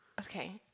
Okay